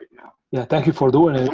yeah yeah, thank you for doing it.